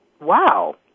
wow